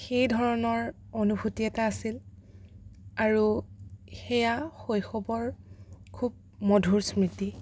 সেই ধৰণৰ অনুভূতি এটা আছিল আৰু সেয়া শৈশৱৰ খুব মধুৰ স্মৃতি